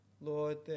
Lord